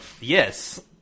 Yes